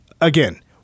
again